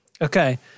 Okay